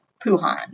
Puhan